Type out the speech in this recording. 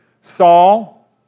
Saul